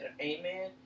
Amen